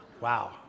Wow